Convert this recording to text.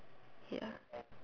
ya